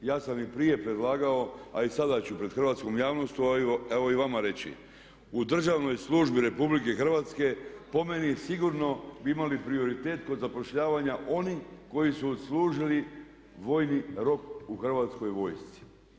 Ja sam i prije predlagao a i sada ću pred hrvatskom javnošću evo i vama reći, u državnoj službi RH po meni sigurno bi imali prioritet kod zapošljavanja oni koji su odslužili vojni rok u hrvatskoj vojsci.